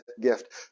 gift